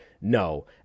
No